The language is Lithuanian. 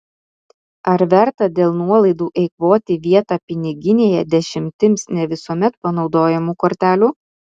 ar verta dėl nuolaidų eikvoti vietą piniginėje dešimtims ne visuomet panaudojamų kortelių